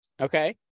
Okay